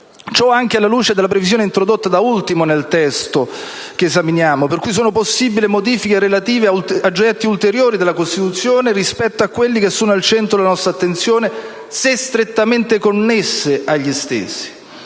Ciò anche alla luce della previsione introdotta da ultimo nel testo che esaminiamo, per cui sono possibili modifiche relative a oggetti ulteriori della Costituzione rispetto a quelli che sono al centro della nostra attenzione se «strettamente connesse» agli stessi.